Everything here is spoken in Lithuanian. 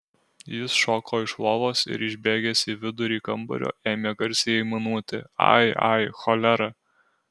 jis šoko iš lovos ir išbėgęs į vidurį kambario ėmė garsiai aimanuoti ai ai cholera